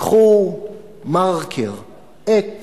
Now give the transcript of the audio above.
קחו מרקר, עט